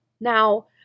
Now